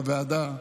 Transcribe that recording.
בוועדה: